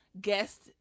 guest